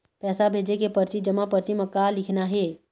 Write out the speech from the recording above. पैसा भेजे के परची जमा परची म का लिखना हे?